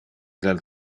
del